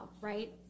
right